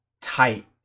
tight